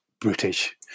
British